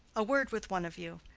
a word with one of you.